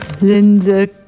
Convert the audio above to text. Linda